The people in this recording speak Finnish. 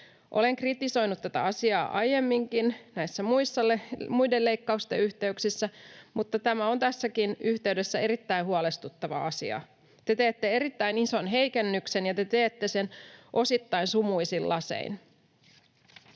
Olen kritisoinut tätä asiaa aiemminkin näiden muiden leikkausten yhteyksissä, mutta tämä on tässäkin yhteydessä erittäin huolestuttava asia. Te teette erittäin ison heikennyksen, ja te teette sen osittain sumuisin lasein.